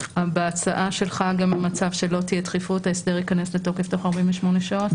בהצעה שלך גם במצב שלא תהיה דחיפות ההסדר ייכנס לתוקף תוך 48 שעות?